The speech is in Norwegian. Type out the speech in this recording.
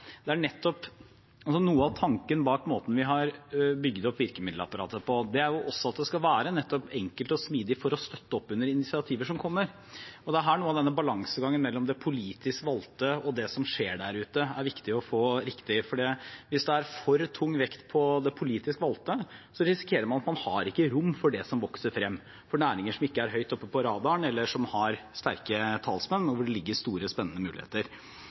denne balansegangen, mellom det politisk valgte og det som skjer der ute, det er viktig å få riktig. Hvis det er for tung vekt på det politisk valgte, risikerer man at det ikke er rom for det som vokser frem, næringer som ikke er høyt oppe på radaren eller ikke har sterke talsmenn, men hvor det ligger store og spennende muligheter.